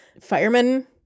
firemen